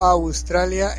australia